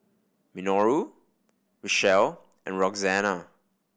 Minoru Richelle and Roxana